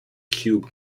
cube